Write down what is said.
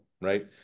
right